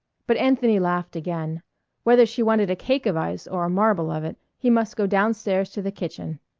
but anthony laughed again whether she wanted a cake of ice or a marble of it, he must go down-stairs to the kitchen.